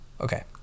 Okay